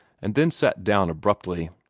and then sat down abruptly.